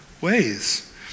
ways